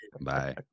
Bye